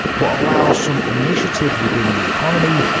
but allow some initiative within the economy,